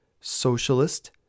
socialist